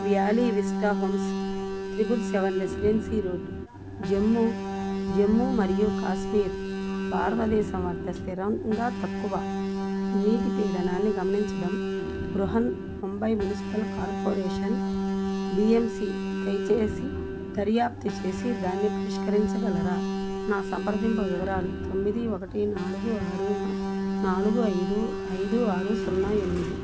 valley vista homes triple seven residency road Jammu Jammu మరియు కాశ్మీర్ భారతదేశం వద్ద స్థిరంగా తక్కువ నీటి పీడనాన్ని గమనించడం Brihan Mumbai municipal corporation BMC దయచేసి దర్యాప్తు చేసి దాన్ని పరిష్కరించగలరా నా సంప్రదింపు వివరాలు తొమ్మిది ఒకటి నాలుగు ఆరు నాలుగు ఐదు ఐదు ఆరు సున్నా ఎనిమిది